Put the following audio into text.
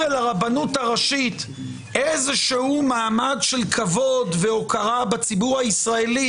לרבנות הראשית איזשהו מעמד של כבוד והוקרה בציבור הישראלי.